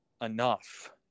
enough